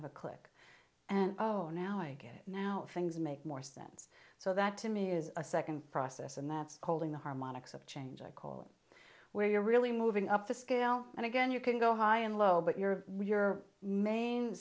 of a click and oh now i get it now things make more sense so that to me is a second process and that's holding the harmonics of change i call it where you're really moving up the scale and again you can go high and low but you're your main